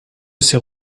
ces